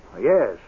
Yes